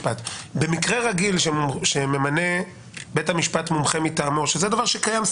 במקרה רגיל שממנה בית המשפט ממנה מומחה מטעמו שזה דבר שקיים.